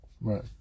right